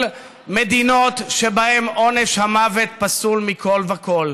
מדינות שבהן עונש המוות פסול מכול וכול,